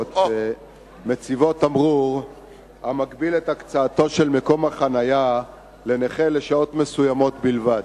מציבות תמרור המגביל את הקצאתו של מקום החנייה לנכה לשעות מסוימות בלבד.